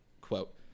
quote